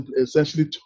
essentially